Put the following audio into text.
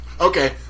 Okay